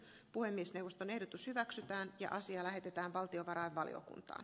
puhemiesneuvoston ehdotus hyväksytään ja asia lähetetään valtiovarainvaliokunta